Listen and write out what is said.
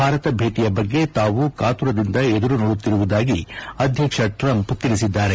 ಭಾರತ ಭೇಟಿಯ ಬಗ್ಗೆ ತಾವು ಕಾತುರದಿಂದ ಎದುರುನೋಡುತ್ತಿರುವುದಾಗಿ ಅಧ್ಯಕ್ಷ ಟ್ರಂಪ್ ತಿಳಿಸಿದ್ದಾರೆ